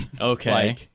Okay